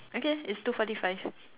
okay it's two forty five